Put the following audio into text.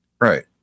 Right